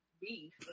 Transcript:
beef